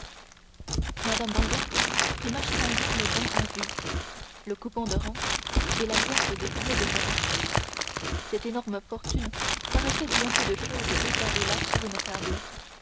mme danglars prit machinalement le bon à vue le coupon de rente et la liasse de billets de banque cette énorme fortune paraissait bien peu de chose étalée là sur une table